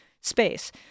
space